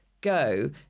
go